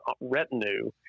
retinue